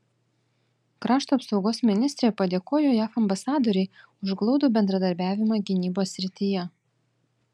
krašto apsaugos ministrė padėkojo jav ambasadorei už glaudų bendradarbiavimą gynybos srityje